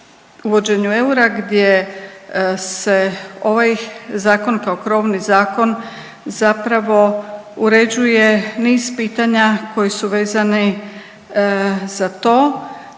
uvođenju eura gdje se ovaj zakon kao krovni zakon zapravo uređuje niz pitanja koji su vezani za to